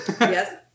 Yes